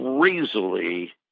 crazily